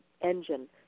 engine